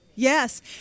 Yes